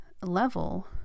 level